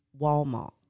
Walmart